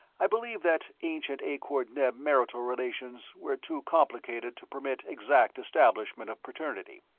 i believe that ancient akor-neb marital relations were too complicated to permit exact establishment of paternity.